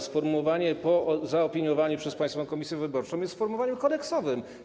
Sformułowanie: zaopiniowanie przez Państwową Komisję Wyborczą jest sformułowaniem kodeksowym.